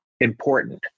Important